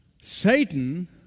Satan